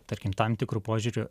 tarkim tam tikru požiūriu